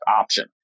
option